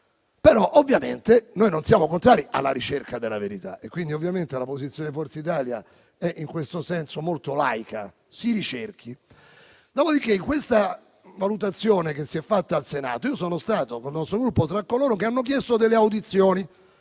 verità. Ovviamente, noi non siamo contrari alla ricerca della verità, quindi la posizione di Forza Italia è, in questo senso, molto laica: si ricerchi. Questa è la valutazione che si è fatta al Senato. Io sono stato, col nostro Gruppo, tra coloro che hanno chiesto delle audizioni,